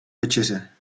večeře